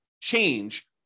change